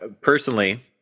personally